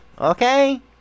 Okay